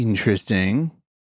Interesting